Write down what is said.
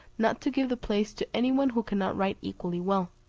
not to give the place to any one who cannot write equally well.